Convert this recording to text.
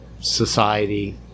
society